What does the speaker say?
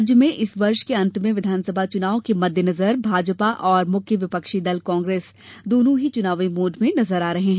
राज्य में इस वर्ष के अंत में विधानसभा चुनाव के मद्देनजर भाजपा और मुख्य विपक्षी दल कांग्रेस दोनों ही चुनावी मोड में आ गयी हैं